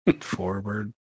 forward